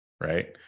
Right